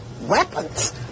weapons